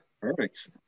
Perfect